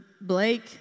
Blake